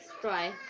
try